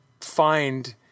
find